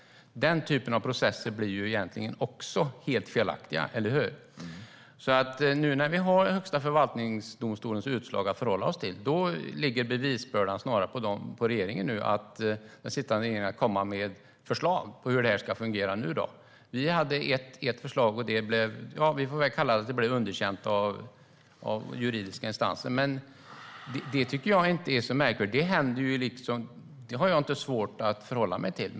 Den typen av processer blir egentligen också helt felaktiga, eller hur? Nu när vi har Högsta förvaltningsdomstolens utslag att förhålla oss till ligger bevisbördan snarare på den sittande regeringen när det gäller att komma med förslag på hur det ska fungera nu. Vi hade ett förslag, och det blev - får vi väl kalla det - underkänt av juridiska instanser. Men det tycker jag inte är så märkvärdigt. Det har jag inte svårt att förhålla mig till.